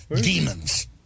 demons